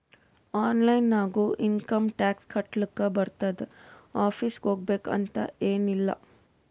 online ನಾಗು income tax ಕಟ್ಲಾಕ್ ಬರ್ತುದ್ ಆಫೀಸ್ಗ ಹೋಗ್ಬೇಕ್ ಅಂತ್ ಎನ್ ಇಲ್ಲ